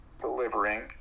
delivering